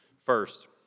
First